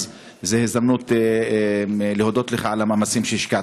אז זו הזדמנות להודות לך על המאמצים שהשקעת.